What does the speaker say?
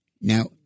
Now